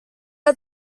had